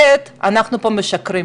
הדבר השני, הוא שאנחנו משקרים,